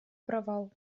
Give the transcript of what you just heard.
провал